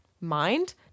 mind